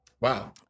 wow